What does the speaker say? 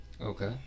Okay